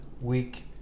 week